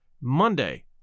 Monday